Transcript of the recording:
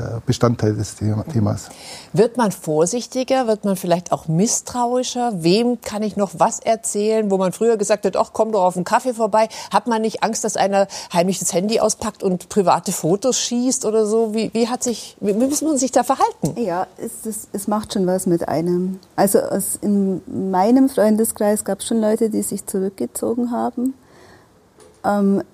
Bestandteil des Thema- Themas. Wird man vorsichtiger, wird man vielleicht auch misstrauischer? Wem kann ich noch was erzählen, wo man früher gesagt hat, "Ach, komm doch auf einen Kaffee vorbei"? Hat man nicht Angst, dass einer heimlich das Handy auspackt und private Fotos schießt oder so? Wie- wie hat sich- wie- wie muss man sich da verhalten? Ja, es ist- es macht schon was mit einem. Also, aus- in meinem Freundeskreis gab's schon Leute, die sich zurückgezogen haben. Ähm,